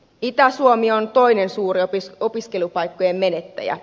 itä suomi on toinen suuri opiskelupaikkojen menettäjä